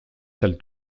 sales